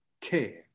care